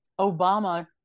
Obama